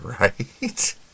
right